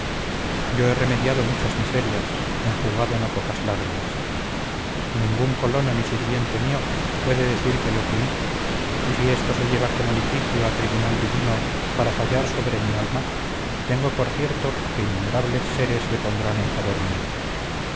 yo he remediado muchas miserias enjugado no pocas lágrimas ningún colono ni sirviente mío puede decir que le oprimí y si esto se lleva como litigio a tribunal divino para fallar sobre mi alma tengo por cierto que innumerables seres depondrán en favor mío